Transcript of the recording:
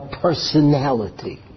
personality